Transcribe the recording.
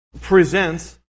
presents